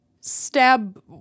stab